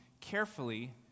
carefully